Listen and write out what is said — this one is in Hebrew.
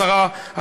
גם לשרה השבדית,